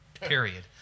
Period